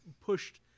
pushed